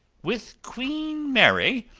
with queen mary,